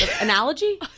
Analogy